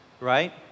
right